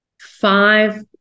five